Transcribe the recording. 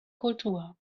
kultur